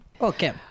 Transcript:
Okay